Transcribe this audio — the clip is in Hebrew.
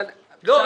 אבל --- לא,